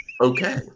okay